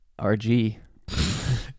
RG